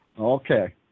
Okay